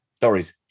Doris